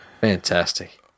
fantastic